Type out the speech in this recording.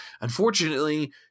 unfortunately